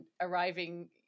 arriving